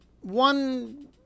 one